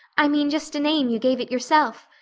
i mean just a name you gave it yourself.